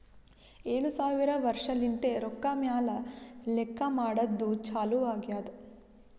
ಏಳು ಸಾವಿರ ವರ್ಷಲಿಂತೆ ರೊಕ್ಕಾ ಮ್ಯಾಲ ಲೆಕ್ಕಾ ಮಾಡದ್ದು ಚಾಲು ಆಗ್ಯಾದ್